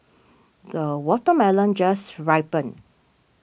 the watermelon just ripened